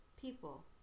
people